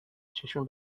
چشمی